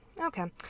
okay